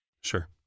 Sure